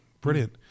brilliant